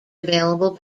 available